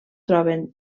troben